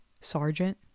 Sergeant